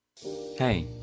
Hey